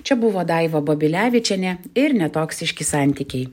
čia buvo daiva babilevičienė ir netoksiški santykiai